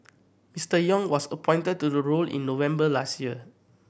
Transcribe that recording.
Mister Yong was appointed to the role in November last year